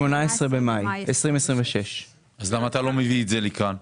18 במאי 2026. אז למה אתה לא מביא את זה לכאן?